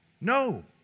No